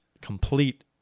complete